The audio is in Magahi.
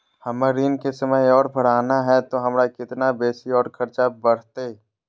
हमर ऋण के समय और बढ़ाना है तो हमरा कितना बेसी और खर्चा बड़तैय?